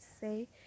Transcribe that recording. say